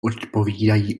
odpovídají